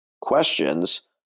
questions